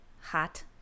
hot